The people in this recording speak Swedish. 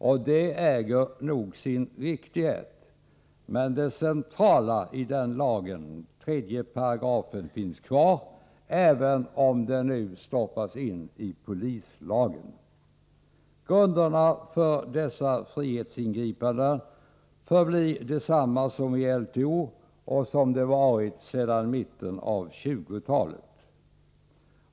Och det äger nog sin riktighet, men det centrala i den lagen, 3§, finns kvar, även om den nu stoppas in i polislagen. Grunderna för dessa frihetsingripanden förblir desamma som i LTO och som de har varit sedan mitten av 1920-talet.